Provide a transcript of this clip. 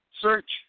Search